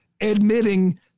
admitting